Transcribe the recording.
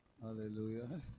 Hallelujah